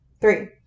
Three